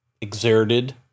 exerted